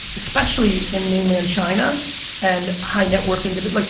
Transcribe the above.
especially in mainland china and high net worth into it, like